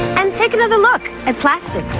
and take another look at plastic.